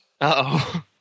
Uh-oh